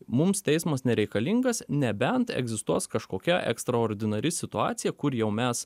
mums teismas nereikalingas nebent egzistuos kažkokia ekstraordinari situacija kur jau mes